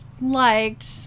liked